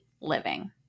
living